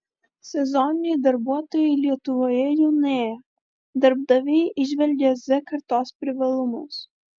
sezoniniai darbuotojai lietuvoje jaunėja darbdaviai įžvelgia z kartos privalumus